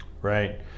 right